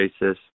basis